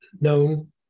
known